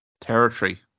Territory